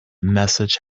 message